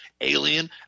alien